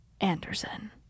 Anderson